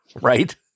Right